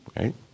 right